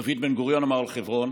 דוד בן-גוריון אמר על חברון: